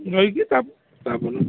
ରହିକି ତା'ପରେ